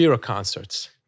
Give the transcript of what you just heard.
concerts